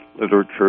literature